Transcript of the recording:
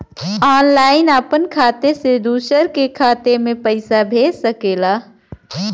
online आपन खाते से दूसर के खाते मे पइसा भेज सकेला